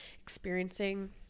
experiencing